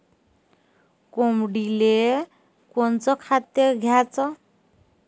कोंबडीले कोनच खाद्य द्याच?